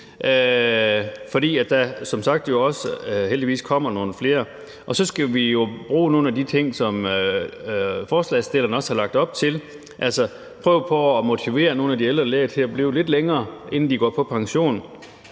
også kommer nogle flere. Og så skal vi jo bruge nogle af de ting, som forespørgerne også har lagt op til, altså prøve på at motivere nogle af de ældre læger til at blive lidt længere, før de går på pension.